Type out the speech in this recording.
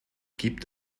gebt